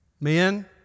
men